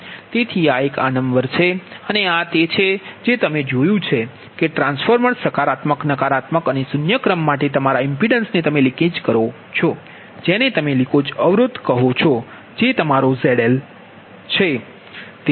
તેથી આ એક આડંબર છે અને આ તે છે જે તમે જોયું છે કે ટ્રાન્સફોર્મર સકારાત્મક નકારાત્મક અને શૂન્ય ક્રમ માટે તમારા ઇમ્પિડન્સ ને તમે લિકેજ કરો છો જેને તમે લિકેજ અવરોધ કહો છો જે તમારો Z1 છે